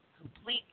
completely